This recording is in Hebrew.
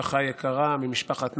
משפחה יקרה, ממשפחת נאומבורג,